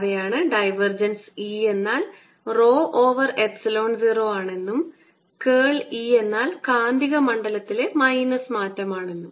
അവയാണ് divergence E എന്നാൽ rho over epsilon 0 ആണെന്നും കേൾ E എന്നാൽ കാന്തിക മണ്ഡലത്തിലെ മൈനസ് മാറ്റമാണെന്നും